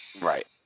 Right